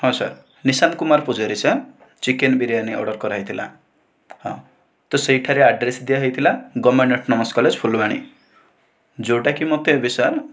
ହଁ sir Nishant Kumar Pujari sir chicken biryani order କରାହୋଇଥିଲା ହଁ ତ ସେହିଠାରେ ଆଡ଼୍ରେଶ ଦିଆହୋଇଥିଲା ଗଭର୍ନମେଣ୍ଟ ଅଟୋନମସ୍ କଲେଜ ଫୁଲବାଣୀ ଯେଉଁଟା କି ମୋତେ ଏବେ ସାର୍